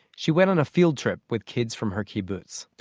she went on a field-trip with kids from her kibbutz